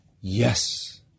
yes